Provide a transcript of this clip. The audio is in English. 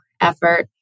effort